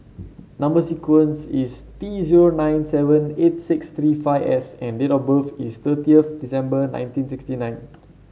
number sequence is T zero nine seven eight six three five S and date of birth is thirtieth December nineteen sixty nine